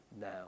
now